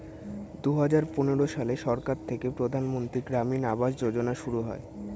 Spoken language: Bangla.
দুহাজার পনেরো সালে সরকার থেকে প্রধানমন্ত্রী গ্রামীণ আবাস যোজনা শুরু হয়